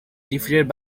defeated